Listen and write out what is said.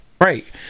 right